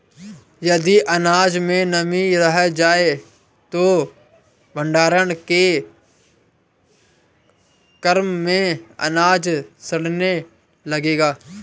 यदि अनाज में नमी रह जाए तो भण्डारण के क्रम में अनाज सड़ने लगेगा